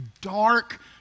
dark